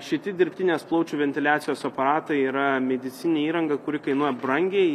šiti dirbtinės plaučių ventiliacijos aparatai yra medicininė įranga kuri kainuoja brangiai